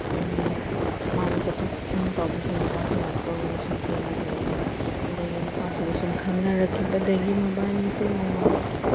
ꯃꯥꯅ ꯆꯠꯊꯣꯛ ꯆꯠꯁꯤꯟ ꯇꯧꯕꯁꯦ ꯅꯨꯄꯥꯁꯦ ꯌꯥꯝ ꯇꯣꯏꯅ ꯁꯨꯝ ꯊꯦꯡꯅꯔꯛꯏ ꯑꯗꯒꯤ ꯅꯨꯄꯥꯁꯤꯒ ꯁꯨꯝ ꯈꯪꯅꯔꯛꯈꯤꯕꯗꯒꯤ ꯃꯕꯥꯟꯅꯤꯁꯦ ꯅꯣꯡꯃ